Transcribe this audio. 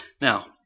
Now